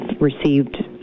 received